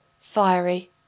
fiery